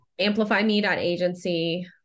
AmplifyMe.agency